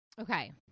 Okay